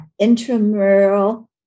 intramural